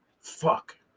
Fuck